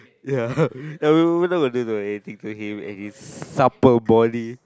ya we are not going to do anything to him and his supper body